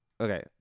Okay